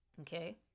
Okay